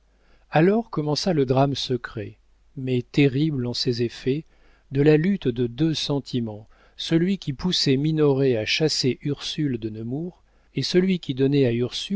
alors commença le drame secret mais terrible en ses effets de la lutte de deux sentiments celui qui poussait minoret à chasser ursule de nemours et celui qui donnait à